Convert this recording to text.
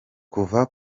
kuva